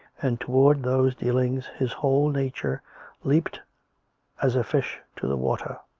and towards those dealings his whole nature leaped as a fish to the water.